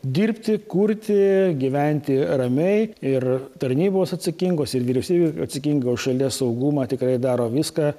dirbti kurti gyventi ramiai ir tarnybos atsakingos ir vyriausybė atsakinga už šalies saugumą tikrai daro viską